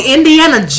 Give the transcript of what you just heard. Indiana